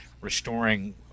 Restoring